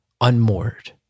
unmoored